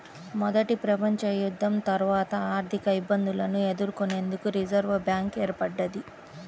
మొదటి ప్రపంచయుద్ధం తర్వాత ఆర్థికఇబ్బందులను ఎదుర్కొనేందుకు రిజర్వ్ బ్యాంక్ ఏర్పడ్డది